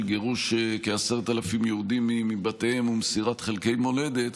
גירוש כ-10,000 יהודים מבתיהם ומסירת חלקי מולדת,